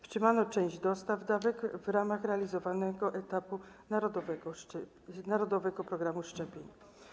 Wstrzymano część dostaw dawek w ramach realizowanego etapu narodowego programu szczepień.